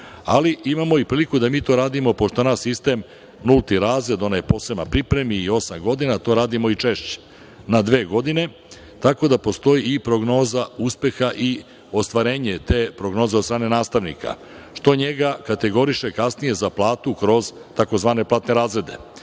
Ali, imamo i priliku da mi to radimo, pošto naš sistem nulti razred, onaj poseban, pripremi i osam godina, da to radimo i češće, na dve godine, tako da postoji i prognoza uspeha i ostvarenje te prognoze od strane nastavnika, što njega kategoriše kasnije za platu kroz tzv. platne razrede,